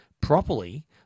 properly